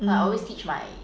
hmm